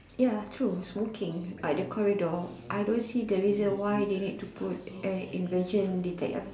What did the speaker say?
ya true smoking at the corridor I don't see the reason why they need to put an invention detect